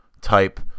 type